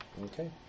Okay